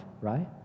right